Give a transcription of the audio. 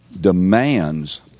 demands